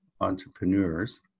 entrepreneurs